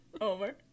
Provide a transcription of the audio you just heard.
Over